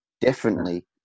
differently